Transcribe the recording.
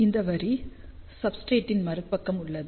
இந்த வரி சப்ஸ்ரேட்டின் மறுபக்கம் உள்ளது